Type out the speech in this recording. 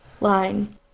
line